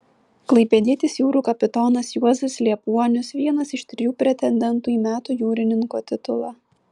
klaipėdietis jūrų kapitonas juozas liepuonius vienas iš trijų pretendentų į metų jūrininko titulą